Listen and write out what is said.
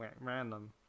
random